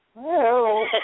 hello